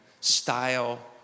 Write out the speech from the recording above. style